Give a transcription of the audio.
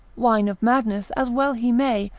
wine of madness, as well he may,